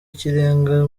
ikirenga